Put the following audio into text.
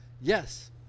Yes